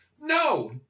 No